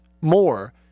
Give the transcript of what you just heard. more